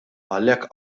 għalhekk